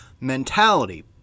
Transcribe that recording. mentality